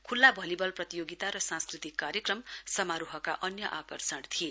खुल्ला भलीबल प्रतियोगिता र सांस्क्रतिक कार्यक्रम र समारोहका अन्य आकर्षण थिए